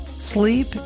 sleep